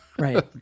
Right